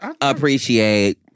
Appreciate